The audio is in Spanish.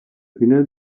final